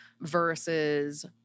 versus